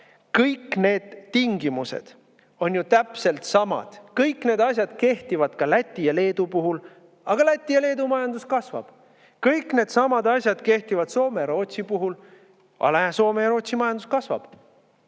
kõik need tingimused on täpselt samad, kõik need asjad kehtivad ka Läti ja Leedu puhul, aga Läti ja Leedu majandus kasvab. Kõik needsamad asjad kehtivad Soome ja Rootsi puhul. Aga näe, Soome ja Rootsi majandus kasvab!